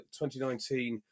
2019